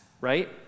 right